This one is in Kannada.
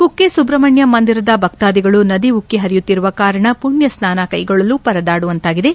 ಕುಕ್ಕೆ ಸುಬ್ರಹಣ್ಣ ಮಂದಿರದ ಭಕ್ತಾದಿಗಳು ನದಿ ಉಕ್ಕೆ ಹರಿಯುತ್ತಿರುವ ಕಾರಣ ಪುಣ್ಯ ಸ್ಥಾನ ಕೈಗೊಳ್ಳಲು ಪರದಾಡುವಂತಾಗಿದೆ